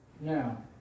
Now